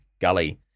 Gully